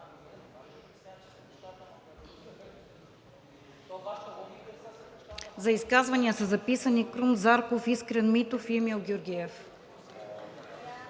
За изказвания са записани: Крум Зарков, Искрен Митев и Емил Георгиев.